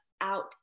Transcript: out